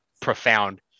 profound